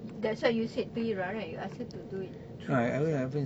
that's what you said to ira right you ask her to do it through WhatsApp